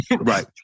Right